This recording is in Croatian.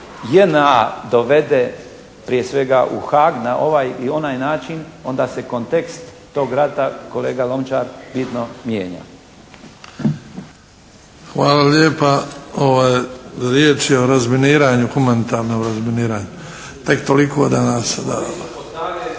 se JNA dovede prije svega u Haag na ovaj ili onaj način. Onda se kontekst tog rada kolega Lončar bitno mijenja. **Bebić, Luka (HDZ)** Hvala lijepa. Riječ je o razminiranju, humanitarnom razminiranju. Tek toliko da nas, da